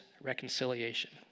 reconciliation